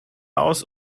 aus